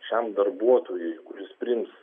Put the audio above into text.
šiam darbuotojui kuris priims